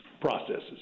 processes